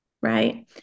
right